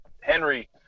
Henry